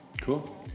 Cool